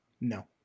No